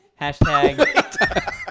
Hashtag